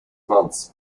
months